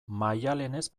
maialenez